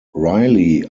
riley